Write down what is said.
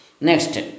Next